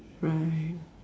right